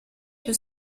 più